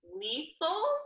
Lethal